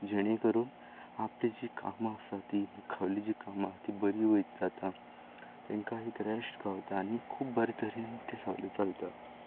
जेणे करून आपली जी कामां आसा ती मुखावयली जी कामां आसा ती बरी वयता तांकां एक रेश्ट गावता आनी खूब बरे तरेन तें सगळें चलता